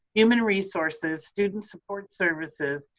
human resources, student support services,